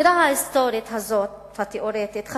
הסקירה ההיסטורית והתיאורטית הזאת